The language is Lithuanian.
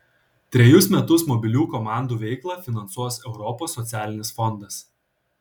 trejus metus mobilių komandų veiklą finansuos europos socialinis fondas